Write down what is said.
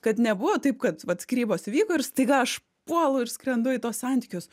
kad nebuvo taip kad vat skyrybos įvyko ir staiga aš puolu ir skrendu į tuos santykius